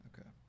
okay